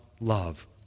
love